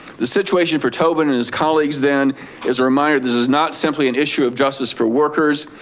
the situation for tobin and his colleagues then is a reminder this is not simply an issue of justice for workers,